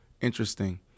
Interesting